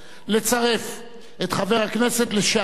לצרף את חבר הכנסת לשעבר